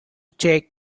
take